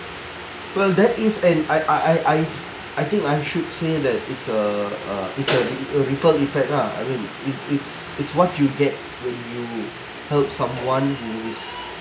well that is an I I I I I think I should say that is a a is a a ripple effect lah I mean it it's it's what you get when you help someone in need